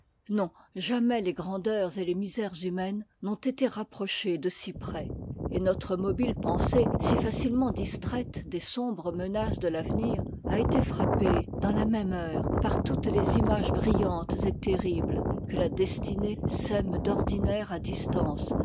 non jamais les grandeurs et les misères humaines n'ont été rapprochées de si près et notre mobile pensée si facilement distraite des sombres menaces de l'avenir a été frappée dans la même heure par toutes les images brillantes et terribles que la destinée sème d'ordinaire à distance